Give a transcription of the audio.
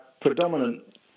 predominant